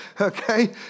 okay